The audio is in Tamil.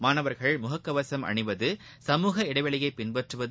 மாணவர்கள் முககவசம் அணிவது சமூக இடைவெளியை பின்பற்றுவது